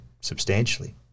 substantially